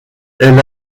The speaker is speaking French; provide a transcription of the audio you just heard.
elle